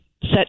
set